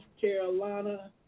Carolina